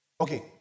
Okay